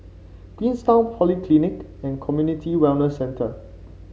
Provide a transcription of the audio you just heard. Queenstown Polyclinic and Community Wellness Centre